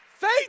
Faith